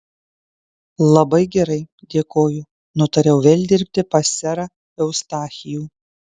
labai gerai dėkoju nutariau vėl dirbti pas serą eustachijų